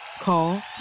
Call